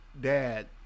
dad